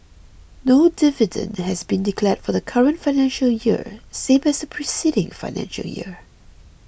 no dividend has been declared for the current financial year same as the preceding financial year